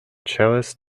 cellist